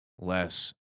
less